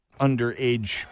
underage